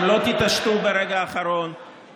אם לא תתעשתו ברגע האחרון,